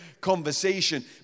conversation